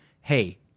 hey